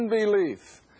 unbelief